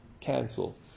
cancel